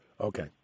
Okay